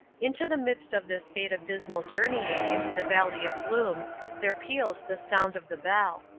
into the midst of this state of dismal journeying into the valley of gloom there pealed the sound of the bell.